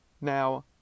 Now